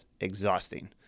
exhausting